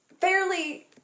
fairly